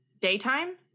daytime